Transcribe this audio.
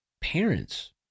parents